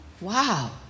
Wow